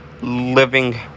living